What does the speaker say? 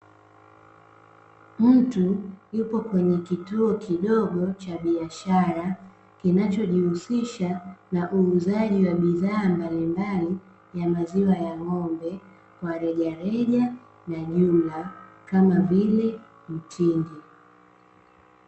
Mtu yupo kwenye kituo kidogo cha biashara, kinachojihusisha na uuzaji wa bidhaa mbalimbali ya maziwa ya ng'ombe, kwa rejareja na jumla kama vile mtindi.